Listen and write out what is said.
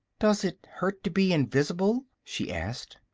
does it hurt to be invis'ble? she asked.